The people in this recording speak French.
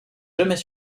jamais